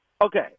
Okay